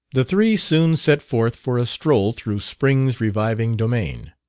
the three soon set forth for a stroll through spring's reviving domain.